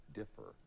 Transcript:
differ